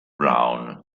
brown